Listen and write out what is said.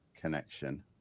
connection